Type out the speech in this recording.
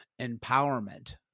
empowerment